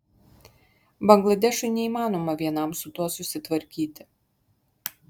bangladešui neįmanoma vienam su tuo susitvarkyti